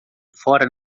fora